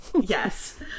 Yes